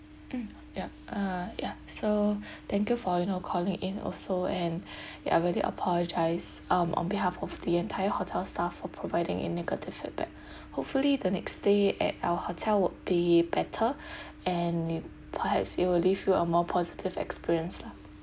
mm yup uh ya so thank you for you know calling in also and ya really apologise um on behalf of the entire hotel staff for providing a negative feedback hopefully the next stay at our hotel would be better and perhaps it'll leave you a more positive experience lah